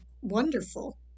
wonderful